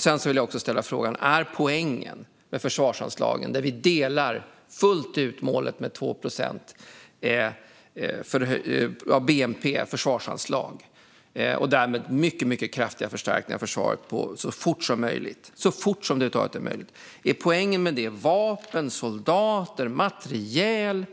Sedan vill jag också ställa en fråga om försvarsanslagen, där vi fullt ut delar målet om 2 procent av bnp till försvarsanslag och därmed mycket kraftiga förstärkningar av försvaret så fort som det över huvud taget är möjligt. Är poängen med detta vapen, soldater och materiel,